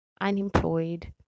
unemployed